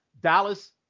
Dallas